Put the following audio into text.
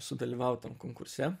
sudalyvaut tam konkurse